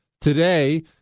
Today